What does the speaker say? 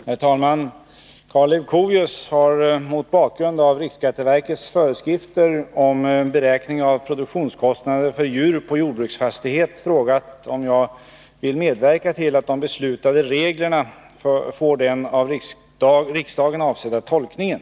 Herr talman! Karl Leuchovius har — mot bakgrund av riksskatteverkets föreskrifter om beräkning av produktionskostnader för djur på jordbruksfastighet — frågat om jag vill medverka till att de beslutade reglerna får den av riksdagen avsedda tolkningen.